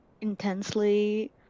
intensely